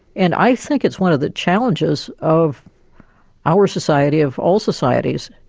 and i think it's one of the challenges of our society, of all societies,